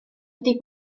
wedi